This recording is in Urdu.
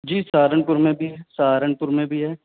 جی سہارنپور میں بھی ہے سہارنپور میں بھی ہے